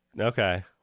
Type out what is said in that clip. Okay